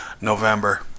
november